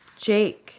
Jake